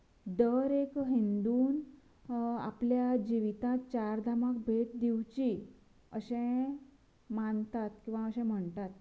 दर एक हिन्दून आपल्या जिवितांत चार धामांक भेट दिवची अशें मानतात किंवा अशें म्हणटात